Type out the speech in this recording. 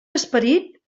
esperit